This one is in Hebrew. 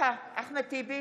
טיבי?